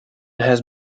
has